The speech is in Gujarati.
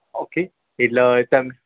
ઓકે એટલે તમે